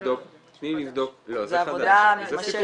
זו עבודה מתמשכת.